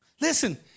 Listen